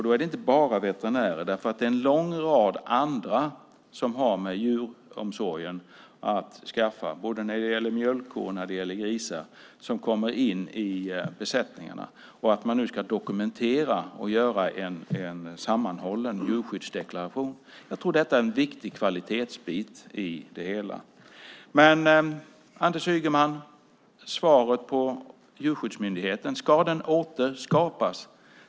Då är det inte bara veterinärer som deltar. Det är en lång rad andra som har med djuromsorgen att skaffa, både när det gäller mjölkkor och när det gäller grisar, som kommer in i besättningarna. Nu ska man dokumentera och göra en sammanhållen djurskyddsdeklaration. Jag tror att detta är en viktig kvalitetsbit i det hela. Svaret på frågan om Djurskyddsmyndigheten, Anders Ygeman, ska den återskapas?